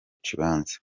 kibanza